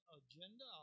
agenda